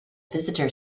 visitor